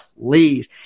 please